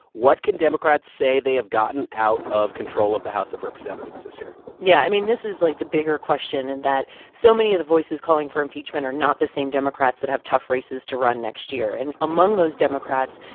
what can democrats say they have gotten out of control of the house of representatives this year? yeah. i mean, this is, like, the bigger question and that so many of the voices calling for impeachment are not the same democrats that have tough races to run next year. and among those democrats,